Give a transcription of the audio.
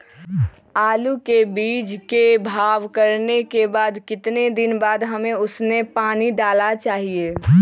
आलू के बीज के भाव करने के बाद कितने दिन बाद हमें उसने पानी डाला चाहिए?